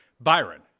Byron